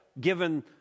given